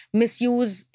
misuse